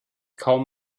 kaum